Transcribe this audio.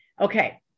Okay